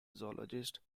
zoologist